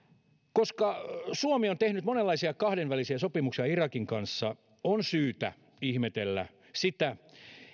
koska suomi on tehnyt monenlaisia kahdenvälisiä sopimuksia irakin kanssa on syytä ihmetellä sitä